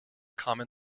common